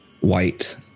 white